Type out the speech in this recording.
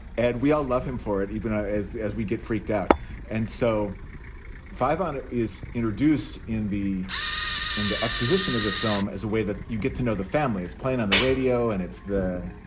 and we all love him for it even ah as as we get freaked out and so on. it is introduced in the in the exposition of the film as a way that you get to know the family it's playing on the radio and it's the